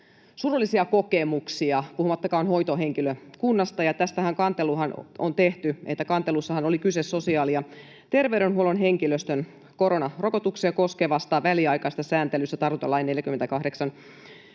surullisia kokemuksia, puhumattakaan hoitohenkilökunnasta, ja tästähän on tehty kantelu. Kantelussahan oli kyse sosiaali- ja terveydenhuollon henkilöstön koronarokotuksia koskevasta väliaikaisesta sääntelystä tartuntalain 48